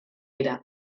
dira